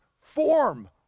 form